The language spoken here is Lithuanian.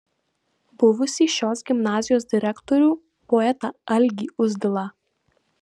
buvusį šios gimnazijos direktorių poetą algį uzdilą